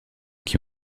qui